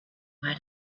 why